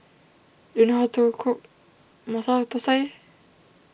do you know how to cook Masala Thosai